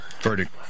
verdict